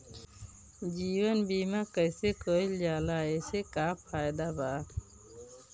जीवन बीमा कैसे कईल जाला एसे का फायदा बा?